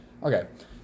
Okay